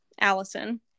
allison